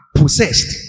possessed